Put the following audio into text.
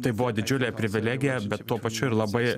tai buvo didžiulė privilegija bet tuo pačiu ir labai